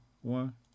One